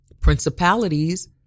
principalities